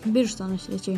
birštono svečiai